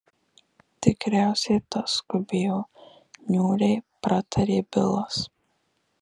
tikriausiai tas skubėjo niūriai pratarė bilas